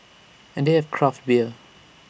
and they have craft beer